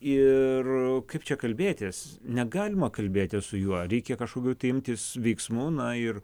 ir kaip čia kalbėtis negalima kalbėti su juo reikia kažkokių imtis veiksmų na ir